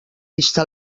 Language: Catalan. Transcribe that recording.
vista